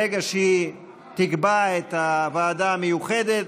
ברגע שהיא תקבע את הוועדה המיוחדת,